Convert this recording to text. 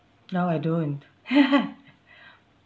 now I don't